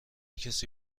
کسی